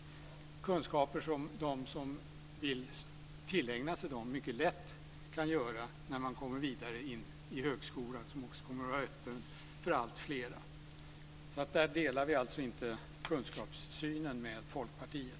Det är kunskaper som de som vill tillägna sig dem mycket lätt kan tillägna sig när de kommer vidare in i högskolan, som också kommer att vara öppen för alltfler. Där delar vi inte kunskapssynen med Folkpartiet.